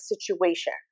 situation